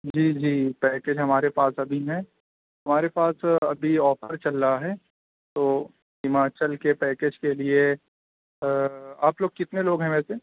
جی جی پیکیج ہمارے پاس ابھی ہے ہمارے پاس ابھی آفر چل رہا ہے تو ہماچل کے پیکیج کے لیے آپ لوگ کتنے لوگ ہیں ویسے